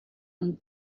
and